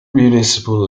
municipal